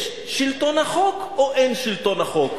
יש שלטון החוק או אין שלטון החוק?